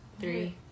Three